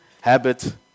habit